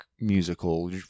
musical